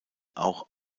auch